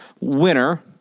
winner